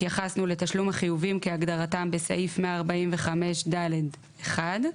התייחסנו לתשלום החיובים כהגדרתם בסעיף 145ד' 1,